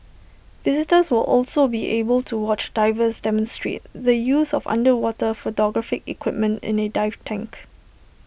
visitors will also be able to watch divers demonstrate the use of underwater photographic equipment in A dive tank